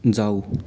जाऊ